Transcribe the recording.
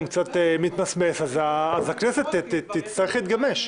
וכתוצאה מזה היום שלהם קצת מתמסמס אז הכנסת תצטרך להתגמש.